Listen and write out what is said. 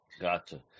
Gotcha